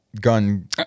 gun